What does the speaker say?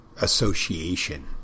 association